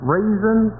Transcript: Reason